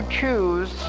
choose